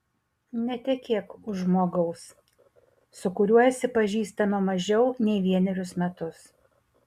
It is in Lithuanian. netekėk už žmogaus su kuriuo esi pažįstama mažiau nei vienerius metus